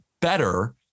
better